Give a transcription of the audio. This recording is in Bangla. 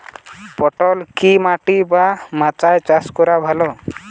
পটল কি মাটি বা মাচায় চাষ করা ভালো?